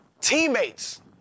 Teammates